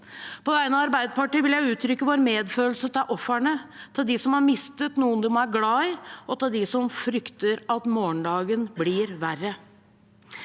På vegne av Arbeiderpartiet vil jeg uttrykke vår medfølelse med ofrene, med dem som har mistet noen de er glad i, og med dem som frykter at morgendagen blir verre.